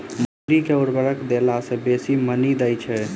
मसूरी मे केँ उर्वरक देला सऽ बेसी मॉनी दइ छै?